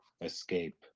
escape